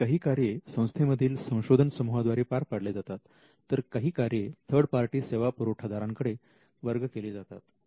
यातील काही कार्ये संस्थे मधील संशोधन समूहाद्वारे पार पाडले जातात तर काही कार्ये थर्ड पार्टी सेवा पुरवठादारां कडे वर्ग केली जातात